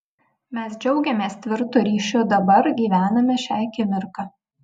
mes džiaugiamės tvirtu ryšiu dabar gyvename šia akimirka